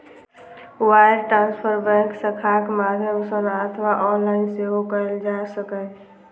wire transfer bank शाखाक माध्यम सं अथवा ऑनलाइन सेहो कैल जा सकैए